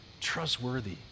trustworthy